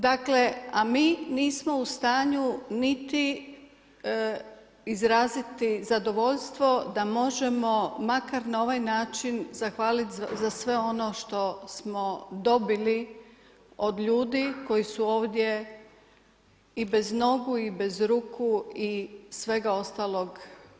Dakle, a mi nismo u stanju niti izraziti zadovoljstvo, da možemo makar na ovaj način zahvaliti za sve ono što smo dobili od ljudi koji su ovdje i bez nogu i bez ruku i svega ostaloga.